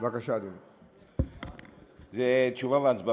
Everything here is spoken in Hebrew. תודה רבה לאדוני השר.